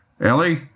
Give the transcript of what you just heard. Ellie